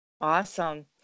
Awesome